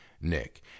Nick